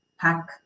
pack